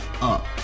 up